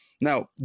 Now